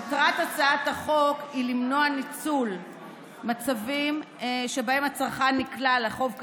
מטרת הצעת החוק היא למנוע ניצול מצבים שבהם הצרכן נקלע לחוב כספי.